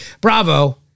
bravo